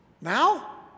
now